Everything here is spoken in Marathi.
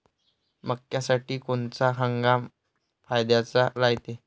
मक्क्यासाठी कोनचा हंगाम फायद्याचा रायते?